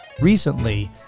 recently